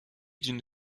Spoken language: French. d’une